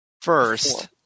first